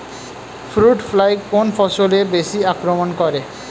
Fruit fly কোন ফসলে বেশি আক্রমন করে?